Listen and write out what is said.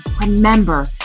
remember